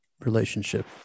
relationship